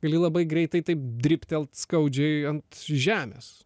gali labai greitai taip dribtelt skaudžiai ant žemės